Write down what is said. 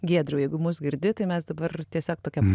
giedriau jeigu mus girdi tai mes dabar tiesiog tokiam